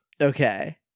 Okay